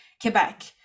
quebec